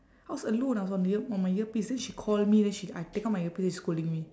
I was alone I was on the ear~ on my earpiece then she call me then she I take out my earpiece then she scolding me